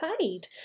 paid